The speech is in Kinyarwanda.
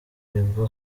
bigo